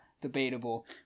debatable